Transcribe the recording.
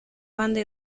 banda